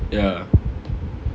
ya